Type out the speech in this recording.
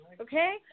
okay